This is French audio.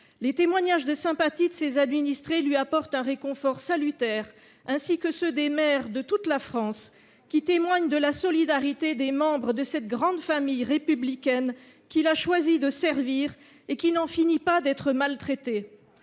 Les témoignages de sympathie de ses administrés lui apportent un réconfort salutaire, comme ceux des maires de toute la France, qui témoignent de la solidarité des membres de cette grande famille républicaine qu’il a choisi de servir et qui n’en finit pas d’être maltraitée